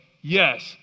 Yes